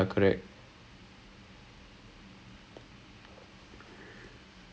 uh what I want to learn or learn something that I would never get the chance to